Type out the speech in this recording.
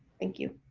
thank you.